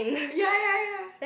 ya ya ya